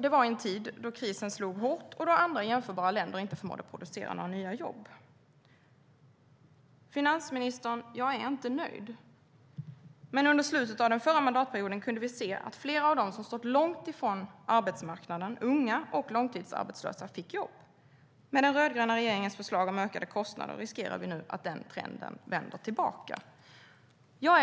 Det var i en tid då krisen slog hårt och då andra jämförbara länder inte förmådde producera några nya jobb. Jag